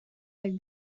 like